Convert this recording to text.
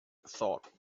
thought